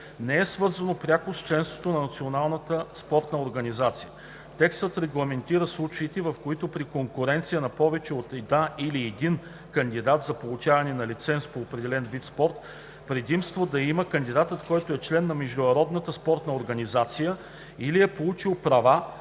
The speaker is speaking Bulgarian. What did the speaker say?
не е свързано пряко с членството на националната спортна организация. Текстът регламентира случаите, в които при конкуренция на повече от една или един кандидат за получаване на лиценз по определен вид спорт, предимство да има кандидатът, които е член на международната спортна организация или е получил права